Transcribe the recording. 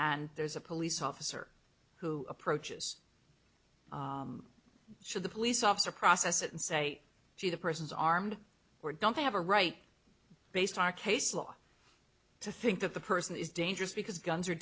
and there's a police officer who approaches should the police officer process it and say she the person's armed or don't they have a right based on the case law to think that the person is dangerous because guns are